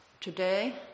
Today